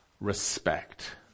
respect